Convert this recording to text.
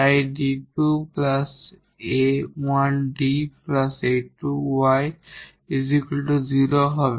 তাই 𝐷 2 𝑎1𝐷 𝑎2 𝑦 0 হবে